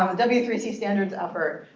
um w three c standards effort.